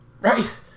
Right